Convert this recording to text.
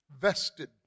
vested